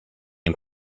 and